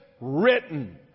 written